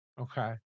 Okay